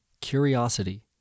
curiosity